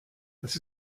das